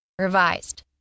Revised